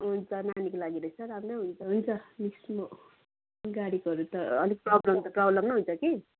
हुन्छ नानीको लागि रहेछ राम्रै हुन्छ हुन्छ मिस म गाडीकोहरू त अलिक प्रोब्लम त प्रोब्लमै हुन्छ कि